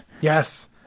Yes